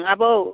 आबौ